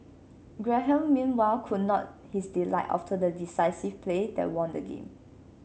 Graham meanwhile could not his delight after the decisive play that won the game